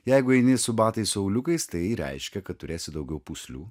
jeigu eini su batais su auliukais tai reiškia kad turėsi daugiau pūslių